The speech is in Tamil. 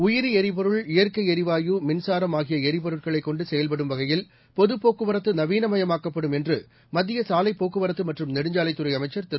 உயிரி எரிபொருள் இயற்கை எரிவாயு மின்சாரம் ஆகிய எரிபொருட்களைக் கொண்டு செயல்படும் வகையில் பொதுப்போக்குவரத்து நவீனமயமாக்கப்படும் என்று மத்திய சாலை போக்குவரத்து மற்றும் நெடுஞ்சாலைத்துறை அமைச்சர் திரு